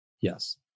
yes